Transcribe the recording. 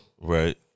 Right